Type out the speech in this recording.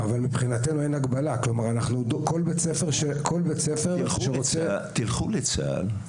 אבל מבחינתנו אין הגבלה כל בית ספר שרוצה -- תלכו לצה"ל.